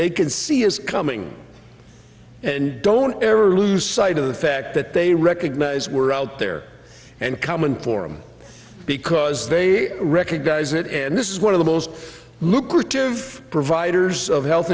they can see is coming and don't ever lose sight of the fact that they recognize we're out there and common form because they recognize it and this is one of the most lucrative providers of health